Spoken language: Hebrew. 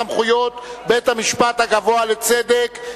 סמכויות בית-המשפט הגבוה לצדק).